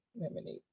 lemonade